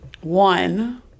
one